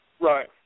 Right